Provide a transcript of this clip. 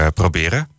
proberen